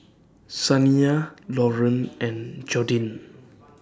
Saniyah Lauren and Jordin